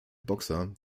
boxer